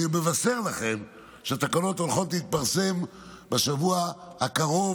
אני מבשר לכם שהתקנות הולכות להתפרסם בשבוע הקרוב.